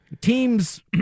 teams